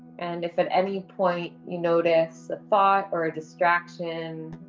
and if at any point you notice a thought or a distraction